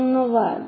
ধন্যবাদ